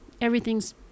everything's